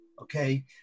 okay